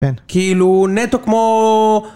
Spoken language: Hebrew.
כן. כאילו נטו כמו...